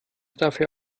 dafür